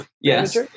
Yes